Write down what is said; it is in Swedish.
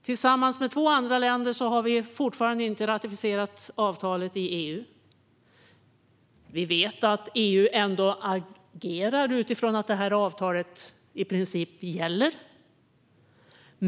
Tillsammans med två andra länder har vi ännu inte ratificerat avtalet i EU. Vi vet att EU ändå agerar som om avtalet i princip gäller.